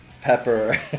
Pepper